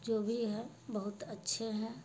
جو بھی ہے بہت اچھے ہیں